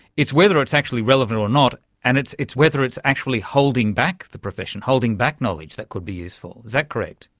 it's whether it's actually relevant or not, and it's it's whether it's actually holding back the profession, holding back knowledge that could be useful. is that correct?